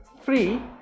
free